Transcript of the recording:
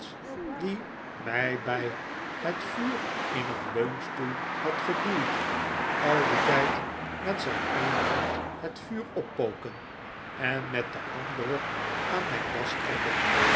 die mij bij het vtiur in een leunstoel had geduwd al dien tijd met zijn eene hand het vuur oppoken en met de andere aan mijn das trekken